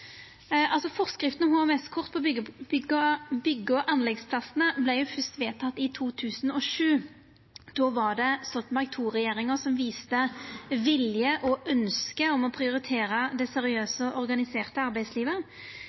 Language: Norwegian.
om HMS-kort på bygg- og anleggsplassane vart først vedteken i 2007. Då var det Stoltenberg II-regjeringa som viste vilje og ønske om å prioritera det seriøse, organiserte arbeidslivet.